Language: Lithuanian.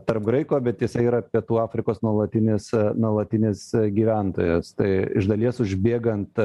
tarp graikų bet tiesa yra pietų afrikos nuolatinis nuolatinis gyventojas tai iš dalies užbėgant